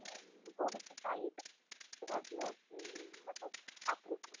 گوٚو مےٚ سُہ ٹایِٹ سُہ اوس نہٕ مطلب اپرُک